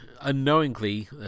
unknowingly